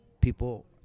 people